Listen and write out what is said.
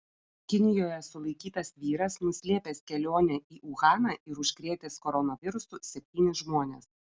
kinijoje sulaikytas vyras nuslėpęs kelionę į uhaną ir užkrėtęs koronavirusu septynis žmones